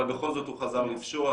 אבל בכל זאת הוא חזר לפשוע,